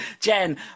Jen